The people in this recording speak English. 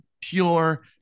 pure